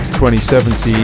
2017